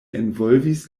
envolvis